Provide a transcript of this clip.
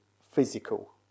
physical